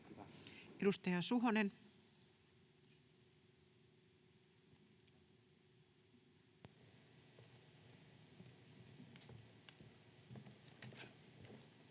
Edustaja Suhonen. [Speech